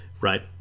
right